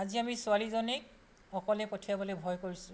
আজি আমি ছোৱালীজনীক অকলে পঠিয়াব ভয় কৰিছোঁ